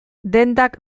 dendak